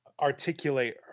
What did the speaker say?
articulate